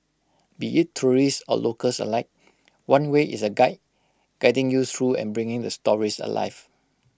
be IT tourists or locals alike one way is A guide guiding you through and bringing the stories alive